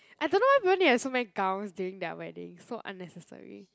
I don't know why people need to have so many gowns during their wedding so unnecessary